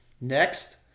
Next